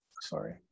Sorry